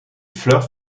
fleurs